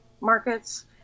markets